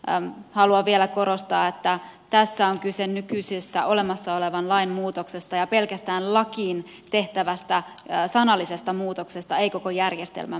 mutta haluan vielä korostaa että tässä on kyse nykyisin olemassa olevan lain muutoksesta ja pelkästään lakiin tehtävästä sanallisesta muutoksesta ei koko järjestelmän muuttamisesta